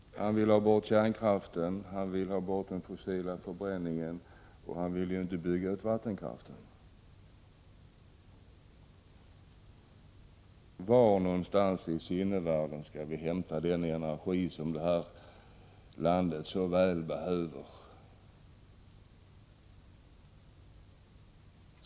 Han vill ha bort kärnkraften. Han vill ha bort den fossila förbränningen, och han vill inte bygga ut vattenkraften. Var någonstans i sinnevärlden skall vi hämta den energi som vårt land så väl behöver?